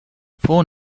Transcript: four